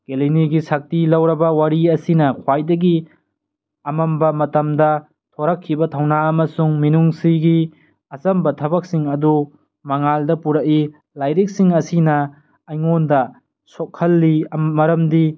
ꯀꯦꯂꯤꯅꯤꯒꯤ ꯁꯛꯇꯤ ꯂꯧꯔꯕ ꯋꯥꯔꯤ ꯑꯁꯤꯅ ꯈ꯭ꯋꯥꯏꯗꯒꯤ ꯑꯃꯝꯕ ꯃꯇꯝꯗ ꯊꯣꯔꯛꯈꯤꯕ ꯊꯧꯅꯥ ꯑꯃꯁꯨꯡ ꯃꯤꯅꯨꯡꯁꯤꯒꯤ ꯑꯆꯝꯕ ꯊꯕꯛꯁꯤꯡ ꯑꯗꯨ ꯃꯉꯥꯜꯗ ꯄꯨꯔꯛꯏ ꯂꯥꯏꯔꯤꯛꯁꯤꯡ ꯑꯁꯤꯅ ꯑꯩꯉꯣꯟꯗ ꯁꯣꯛꯍꯜꯂꯤ ꯃꯔꯝꯗꯤ